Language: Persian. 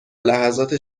لحظات